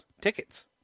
tickets